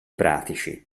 pratici